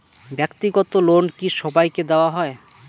ব্যাক্তিগত লোন কি সবাইকে দেওয়া হয়?